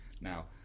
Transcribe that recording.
now